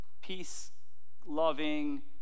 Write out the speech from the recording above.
peace-loving